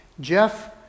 Jeff